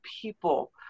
people